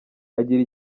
agira